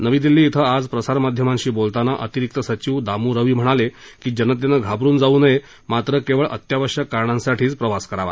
नवी दिल्ली इथं आज प्रसारमाध्यमांशी बोलताना अतिरिक्त सचिव दाम् रवी म्हणाले की जनतेनं घाबरुन जाऊ नये मात्र केवळ अत्यावश्यक कारणांसाठीच प्रवास करावा